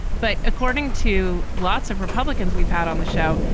but according to lots of republicans we've had on the show,